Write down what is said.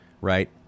right